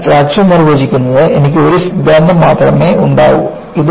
അതിനാൽ ഫ്രാക്ചർ നിർവചിക്കുന്നതിന് എനിക്ക് ഒരു സിദ്ധാന്തം മാത്രമേ ഉണ്ടാകൂ